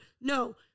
No